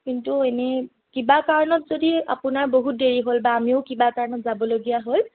কিন্তু এনেই কিবা কাৰণত যদি আপোনাৰ বহুত দেৰি হ'ল বা আমিও কিবা কাৰণত যাবলগীয়া হ'ল